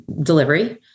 delivery